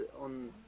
on